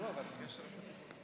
אתה לא צריך להיות פה בכלל.